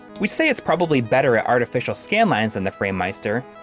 we'd say it's probably better at artificial scanlines than the framemeister,